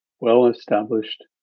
well-established